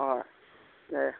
ꯍꯣꯏ ꯌꯥꯏ ꯌꯥꯏ